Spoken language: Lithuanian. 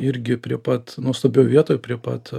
irgi prie pat nuostabioj vietoj prie pat